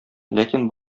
ләкин